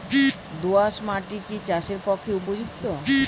দোআঁশ মাটি কি চাষের পক্ষে উপযুক্ত?